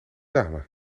dame